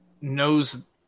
knows